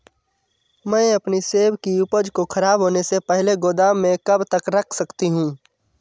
मैं अपनी सेब की उपज को ख़राब होने से पहले गोदाम में कब तक रख सकती हूँ?